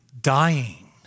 dying